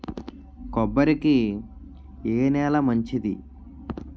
కొబ్బరి కి ఏ నేల మంచిది?